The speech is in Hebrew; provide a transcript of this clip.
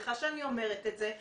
סליחה שאני אומרת את זה,